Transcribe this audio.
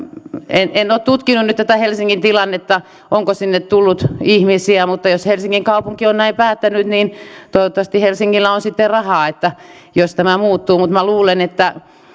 en en ole tutkinut nyt tätä helsingin tilannetta onko sinne tullut ihmisiä mutta jos helsingin kaupunki on näin päättänyt niin toivottavasti helsingillä on sitten rahaa jos tämä muuttuu mutta minä luulen että